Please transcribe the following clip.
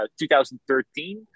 2013